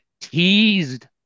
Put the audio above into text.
teased